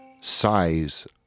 size